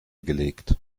gelegt